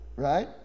Right